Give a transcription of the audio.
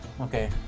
Okay